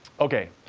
okay,